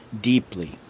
deeply